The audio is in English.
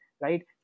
Right